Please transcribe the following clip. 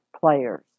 players